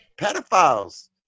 pedophiles